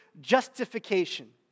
justification